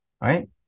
right